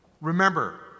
Remember